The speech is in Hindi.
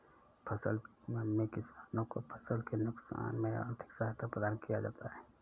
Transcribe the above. फसल बीमा में किसानों को फसल के नुकसान में आर्थिक सहायता प्रदान किया जाता है